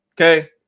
Okay